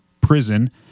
Prison